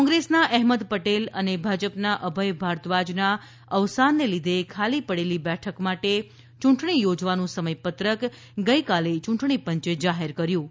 કોંગ્રેસના અહેમદ પટેલ અને ભાજપના અભય ભારદ્વાજના અવસાનને લીધે ખાલી પડેલી બેઠક માટે ચૂંટણી યોજવાનું સમય પત્રક ગઈકાલે ચૂંટણી પંચે જાહેર કર્યું છે